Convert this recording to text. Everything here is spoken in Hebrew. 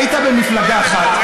היית במפלגה אחת,